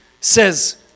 says